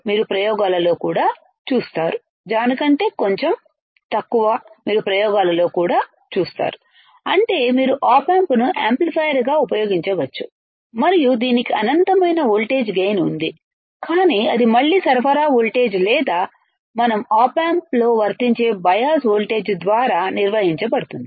మీరు ప్రయోగాలలో కూడా చూస్తారు అంటే మీరు ఆప్ ఆంప్ను యాంప్లిఫైయర్గా ఉపయోగించవచ్చు మరియు దీనికి అనంతమైన వోల్టేజ్ గైన్ ఉంది కానీ అది మళ్ళీ సరఫరా వోల్టేజ్ లేదా మనం ఆప్ ఆంప్లో వర్తించే బయాస్ వోల్టేజ్ ద్వారా నిర్వహించబడుతుంది